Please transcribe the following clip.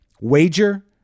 Wager